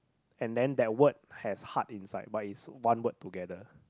and then that word has heart inside but it's one word together